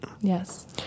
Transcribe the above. Yes